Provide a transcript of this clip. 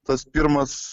tas pirmas